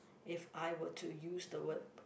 if I were to use the word